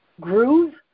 groove